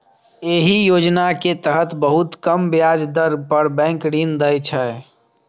एहि योजना के तहत बहुत कम ब्याज दर पर बैंक ऋण दै छै